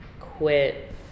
quit